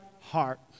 heart